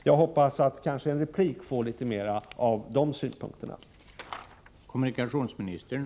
Jag hoppas att i en replik från statsrådet få litet mer av de synpunkterna.